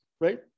right